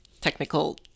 technical